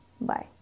bye